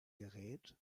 gerät